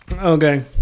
okay